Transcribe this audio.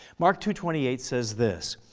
mark two twenty eight says this,